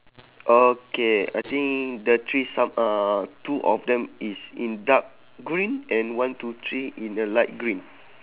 okay I think the trees some uh two of them is in dark green and one two three in uh light green